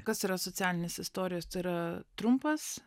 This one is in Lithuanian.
kas yra socialinės istorijos tai yra trumpas